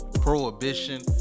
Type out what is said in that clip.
prohibition